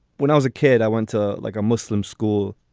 when i was a kid, i went to like a muslim school.